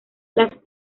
las